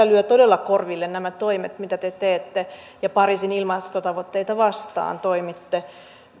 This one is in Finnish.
lyövät todella korville nämä toimet mitä te teette ja millä pariisin ilmastotavoitteita vastaan toimitte